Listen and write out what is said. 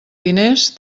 diners